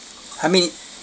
I mean